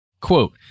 Quote